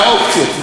מה האופציות?